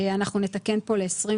אנחנו נתקן פה ל-21.